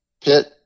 Pitt